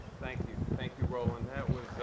thank you. thank you, roland.